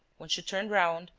when she turned round,